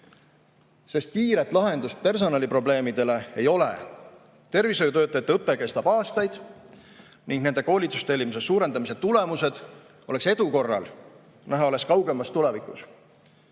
Sest kiiret lahendust personaliprobleemidele ei ole. Tervishoiutöötajate õpe kestab aastaid ning nende koolitustellimuse suurendamise tulemused oleks edu korral näha alles kaugemas tulevikus.